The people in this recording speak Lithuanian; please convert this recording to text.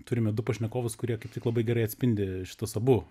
turime du pašnekovus kurie kaip tik labai gerai atspindi šituos abu